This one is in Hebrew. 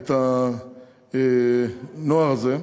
הנוער הזה.